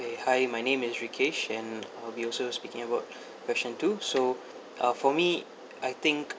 hi my name is rikish and I'll be also speaking about question two so uh for me I think